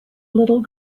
little